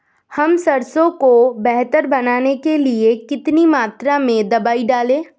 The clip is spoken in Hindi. हम सरसों को बेहतर बनाने के लिए कितनी मात्रा में दवाई डालें?